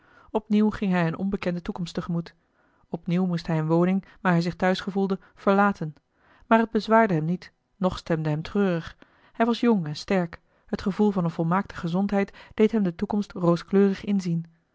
opnieuw ging hij eene onbekende toekomst tegemoet opnieuw moest hij eene woning waar hij zich thuis gevoelde verlaten maar het bezwaarde hem niet noch stemde hem treurig hij was jong en sterk het gevoel van eene volmaakte gezondheid deed hem de toekomst rooskleurig inzien